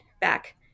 back